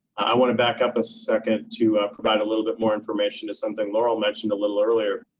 i want to back up a second to provide a little bit more information as something laurel mentioned a little earlier.